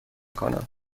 کنم